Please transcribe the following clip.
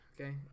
okay